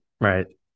Right